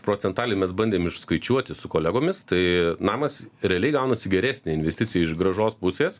procentaliai mes bandėm išskaičiuoti su kolegomis tai namas realiai gaunasi geresnė investicija iš grąžos pusės